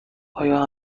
آیا